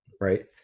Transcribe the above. Right